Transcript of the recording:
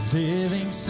living